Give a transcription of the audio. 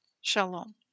Shalom